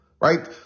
right